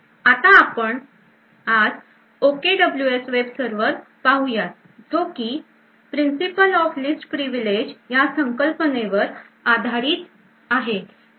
आता आज आपण OKWS वेब सर्वर पाहूयात जो की Principle of least privileges या संकल्पनेवर आधारित आहे